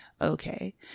Okay